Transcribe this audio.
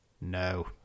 No